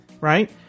Right